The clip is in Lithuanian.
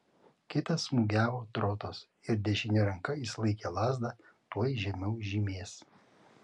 kitas smūgiavo trotas ir dešine ranka jis laikė lazdą tuoj žemiau žymės